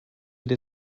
with